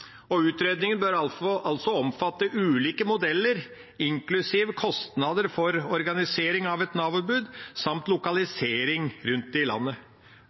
Utredningen bør altså omfatte ulike modeller, inklusiv kostnader for organisering av et Nav-ombud, samt lokalisering rundt i landet.